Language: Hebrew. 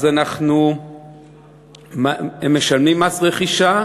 הם משלמים מס רכישה,